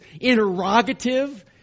interrogative